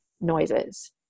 noises